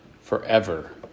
forever